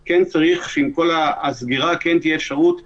לכן חלק מהדברים הכנסנו בתקנות.